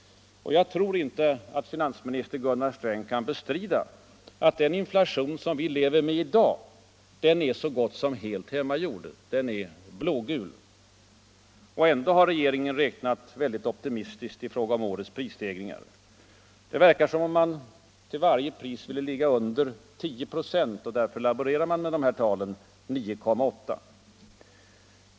Jag tror inte att finansminister Gunnar Sträng kan bestrida att den inflation som vi lever med i dag är så gott som helt hemgjord. Den är blågul. Och ändå har regeringen räknat mycket optimistiskt i fråga om årets prisstegringar. Det verkar som om man till varje pris ville ligga under 10 96 och därför laborerar med tal som 9,8.